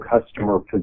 customer